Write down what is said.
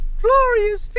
glorious